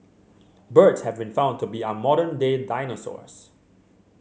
birds have been found to be our modern day dinosaurs